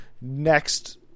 next